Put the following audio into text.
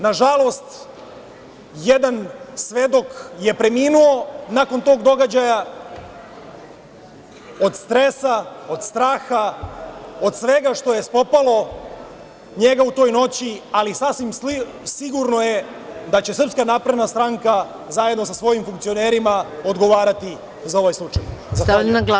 Nažalost, jedan svedok je preminuo nakon tog događaja, od stresa, od straha, od svega što je spopalo njega u toj noći, ali, sasvim je sigurno da će Srpska napredna stranka, zajedno sa svojim funkcionerima, odgovarati za ovaj slučaj.